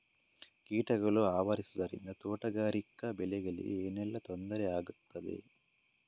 ಕೀಟಗಳು ಆವರಿಸುದರಿಂದ ತೋಟಗಾರಿಕಾ ಬೆಳೆಗಳಿಗೆ ಏನೆಲ್ಲಾ ತೊಂದರೆ ಆಗ್ತದೆ?